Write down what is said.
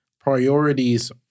Priorities